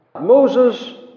Moses